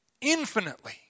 Infinitely